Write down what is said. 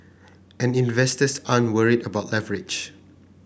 and investors aren't worried about leverage